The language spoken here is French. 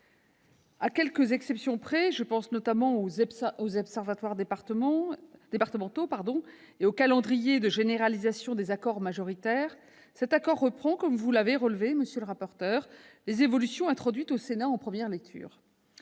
À quelques exceptions près- je pense notamment aux observatoires départementaux et au calendrier de généralisation des accords majoritaires -, cet accord reprend, comme vous l'avez relevé, monsieur le rapporteur, les évolutions introduites au Sénat en première lecture.